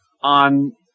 on